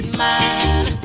man